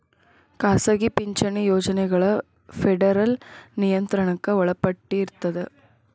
ಖಾಸಗಿ ಪಿಂಚಣಿ ಯೋಜನೆಗಳ ಫೆಡರಲ್ ನಿಯಂತ್ರಣಕ್ಕ ಒಳಪಟ್ಟಿರ್ತದ